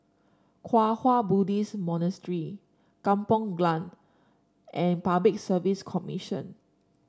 Kwang Hua Buddhist Monastery Kampong Glam and Public Service Commission